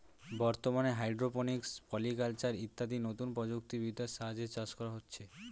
বর্তমানে hydroponics, polyculture ইত্যাদি নতুন প্রযুক্তি বিদ্যার সাহায্যে চাষ করা হচ্ছে